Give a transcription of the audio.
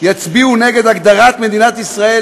יצביעו נגד הגדרת מדינת ישראל